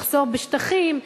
מחסור בשטחים.